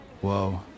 Whoa